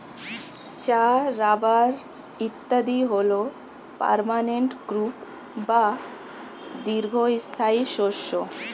চা, রাবার ইত্যাদি হল পার্মানেন্ট ক্রপ বা দীর্ঘস্থায়ী শস্য